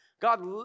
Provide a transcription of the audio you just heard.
God